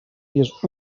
dies